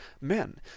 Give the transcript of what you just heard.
men